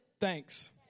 Thanks